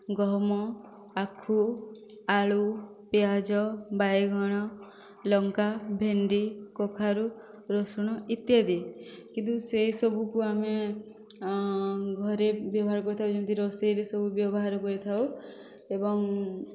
ଗହମ ଆଖୁ ଆଳୁ ପିଆଜ ବାଇଗଣ ଲଙ୍କା ଭେଣ୍ଡି କଖାରୁ ରସୁଣ ଇତ୍ୟାଦି କିନ୍ତୁ ସେସବୁକୁ ଆମେ ଘରେ ବ୍ୟବହାର କରିଥାଉ ଯେମିତି ରୋଷେଇରେ ସବୁ ବ୍ୟବହାର କରିଥାଉ ଏବଂ